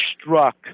struck